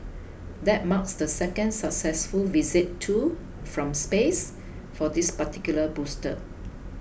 that marks the second successful visit to from space for this particular booster